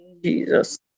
Jesus